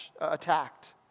Attacked